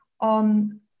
on